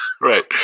Right